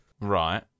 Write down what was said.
Right